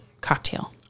cocktail